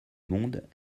monde